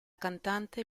cantante